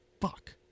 Fuck